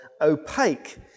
opaque